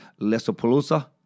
Lesopolusa